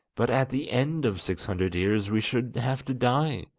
but at the end of six hundred years we should have to die,